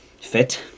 fit